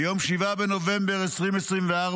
ביום 7 בנובמבר 2024,